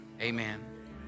amen